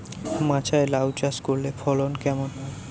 মাচায় লাউ চাষ করলে ফলন কেমন?